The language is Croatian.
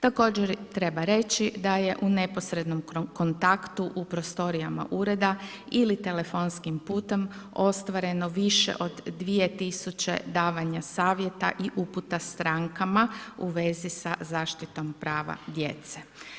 Također treba reći da je u neposrednom kontaktu u prostorijama ureda ili telefonskim putem ostvareno više od 2000 davanja savjeta i uputa strankama u vezi sa zaštitom prava djece.